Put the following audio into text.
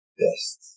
best